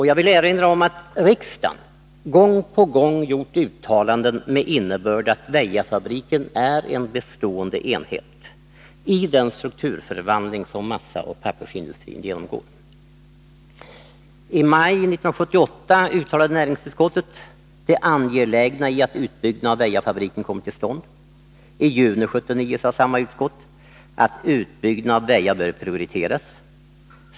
Jag vill erinra om att riksdagen gång på gång gjort uttalanden med innebörden att Väjafabriken är en bestående enhet i den strukturförvandling som massaoch pappersindustrin genomgår. I maj 1978 uttalade näringsutskottet att det var angeläget att utbyggnaden av Väjafabriken kom till stånd. I juni 1979 sade samma utskott att utbyggnaden i Väja bör prioriteras.